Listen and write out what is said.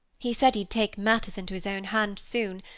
he said he'd take matters into his own hands soon,